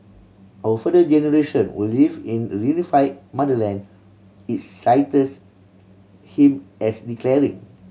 our further generation will live in reunify motherland it cites him as declaring